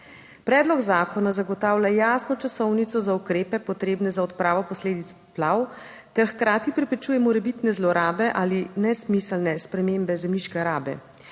Predlog zakona zagotavlja jasno časovnico za ukrepe, potrebne za odpravo posledic poplav, ter hkrati preprečuje morebitne zlorabe ali nesmiselne spremembe zemljiške rabe